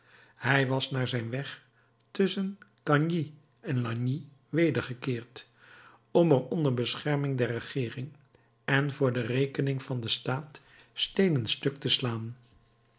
hij was naar zijn weg tusschen gagny en lagny wedergekeerd om er onder bescherming der regeering en voor rekening van den staat steenen stuk te slaan